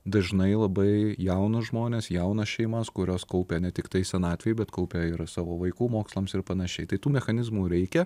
dažnai labai jaunus žmones jaunas šeimas kurios kaupia ne tiktai senatvei bet kaupia ir savo vaikų mokslams ir panašiai tai tų mechanizmų reikia